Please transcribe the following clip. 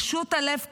פשוט הלב כואב.